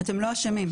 אתם לא אשמים.